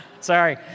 Sorry